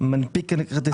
מנפיק כרטיסי חיוב.